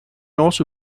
also